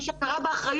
ישנה הכרה באחריות,